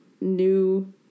new